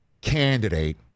candidate